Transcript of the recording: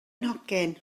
nhocyn